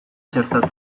txertatu